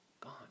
gone